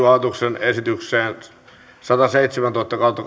hallituksen esitykseen sataseitsemäntoista kautta